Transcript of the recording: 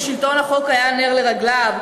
ששלטון החוק היה נר לרגליו,